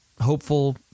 hopeful